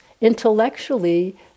intellectually